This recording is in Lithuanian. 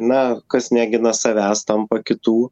na kas negina savęs tampa kitų